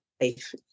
life